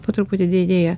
po truputį didėja